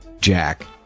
Jack